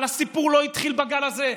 אבל הסיפור לא התחיל בגל הזה,